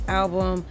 album